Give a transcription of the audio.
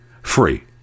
Free